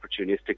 opportunistic